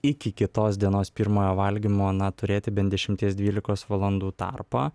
iki kitos dienos pirmojo valgymo na turėti bent dešimties dvylikos valandų tarpą